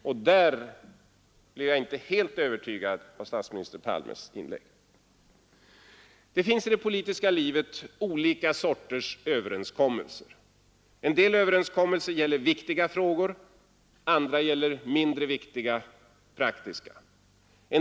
Och där är jag inte helt övertygad av statsminister Palmes inlägg Det finns i det politiska livet olika sorters överenskommelser. En del överenskommelser gäller viktiga frågor -- andra mindre viktiga, praktiska frågor.